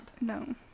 No